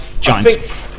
Giants